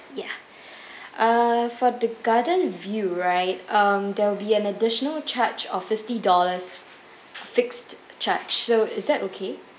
ya uh for the garden view right um there will be an additional charge of fifty dollars fixed charge so is that okay